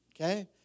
Okay